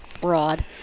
broad